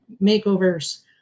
makeovers